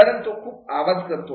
कारण तो खूप आवाज करतो